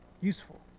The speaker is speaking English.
useful